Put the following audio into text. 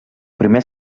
primer